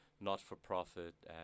not-for-profit